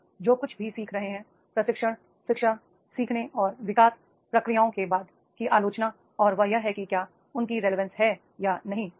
हम जो कुछ भी सीख रहे हैं प्रशिक्षण शिक्षा सीखने और विकास प्रक्रियाओं के बाद की आलोचना और वह यह है कि क्या उनकी रेलीवेंस है या नहीं